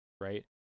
right